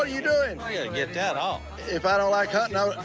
ah you know and get that off. if i don't like hunting,